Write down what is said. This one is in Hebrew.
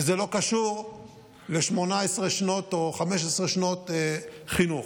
וזה לא קשור ל-18 או 15 שנות חינוך?